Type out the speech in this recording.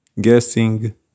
guessing